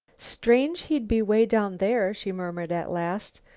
strange he'd be way down there! she murmured, at last.